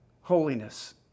holiness